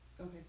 Okay